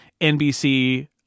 NBC